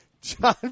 John